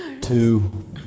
Two